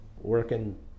working